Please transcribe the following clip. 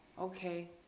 Okay